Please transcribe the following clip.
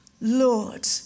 Lord